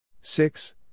Six